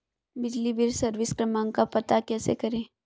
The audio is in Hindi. बिजली बिल सर्विस क्रमांक का पता कैसे करें?